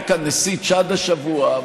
היה כאן נשיא צ'אד השבוע,